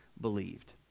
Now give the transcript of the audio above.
believed